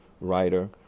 writer